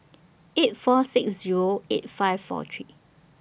eight four six Zero eight five four three